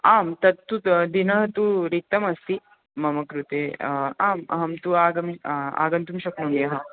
आम् तत्तु त दिनं तु रिक्तमस्ति मम कृते आम् अहं तु आगमनं आगन्तुं शक्नोमि अहम्